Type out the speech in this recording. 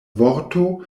vorto